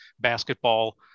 basketball